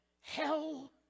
hell